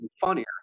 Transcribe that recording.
funnier